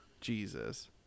Jesus